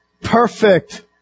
Perfect